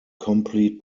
complete